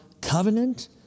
covenant